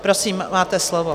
Prosím, máte slovo.